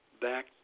Back